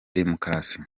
demukarasi